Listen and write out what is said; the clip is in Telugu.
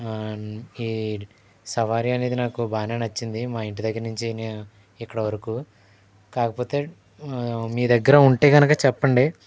ఈ సవారీ అనేది నాకు బాగానే నచ్చింది మా ఇంటి దగ్గర నుంచి ఇక్కడ వరకు కాకపోతే మీ దగ్గర ఉంటే కనుక చెప్పండి